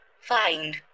find